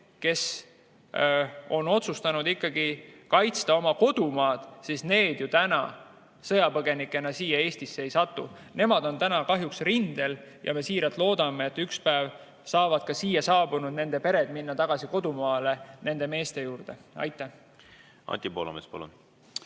kes on otsustanud ikkagi kaitsta oma kodumaad, täna sõjapõgenikena siia Eestisse ei satu. Nemad on täna kahjuks rindel. Ja me siiralt loodame, et ühel päeval saavad ka nende siia saabunud pered minna tagasi kodumaale oma meeste juurde. Jah.